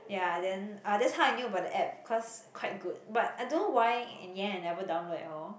ya then uh that's how I knew about the app cause quite good but I don't know why in the end I never download at all